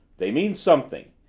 they mean something.